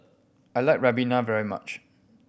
I like ribena very much